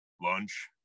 lunch